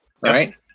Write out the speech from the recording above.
right